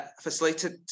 facilitated